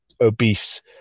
obese